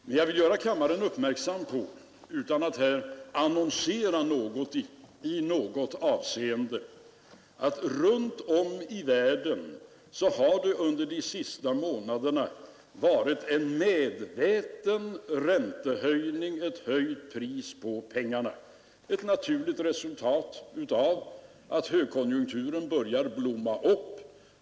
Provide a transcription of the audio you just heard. Men jag vill göra kammaren uppmärksam på — utan att annonsera någonting i något avseende — att runt om i världen har det under de senaste månaderna pågått en medveten räntehöjning, ett höjt pris på pengarna. Det är ett naturligt resultat av att högkonjunkturen börjar blomma upp.